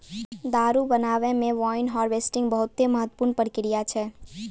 दारु बनाबै मे वाइन हार्वेस्टिंग बहुते महत्वपूर्ण प्रक्रिया छै